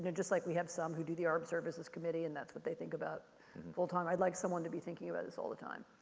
just like we have some who do the arms services committee, and that's what they think about full time. i'd like someone to be thinking about this all the time.